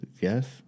Yes